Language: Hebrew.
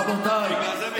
רבותיי,